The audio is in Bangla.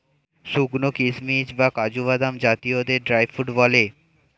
শুকানো কিশমিশ বা কাজু বাদাম জাতীয়দের ড্রাই ফ্রুট বলে